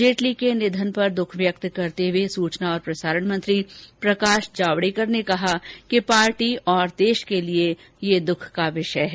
जेटली के निधन पर दुख व्यक्त करते हुए सूचना और प्रसारण मंत्री प्रकाश जावडेकर ने कहा कि पार्टी और देश के लिए दुख का विषय है